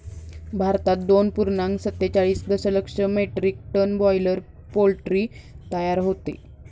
भारतात दोन पूर्णांक सत्तेचाळीस दशलक्ष मेट्रिक टन बॉयलर पोल्ट्री तयार होते